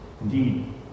indeed